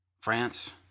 France